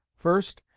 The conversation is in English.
first,